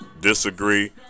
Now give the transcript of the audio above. disagree